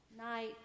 night